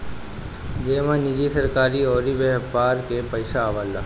जेमे निजी, सरकारी अउर व्यापार के पइसा आवेला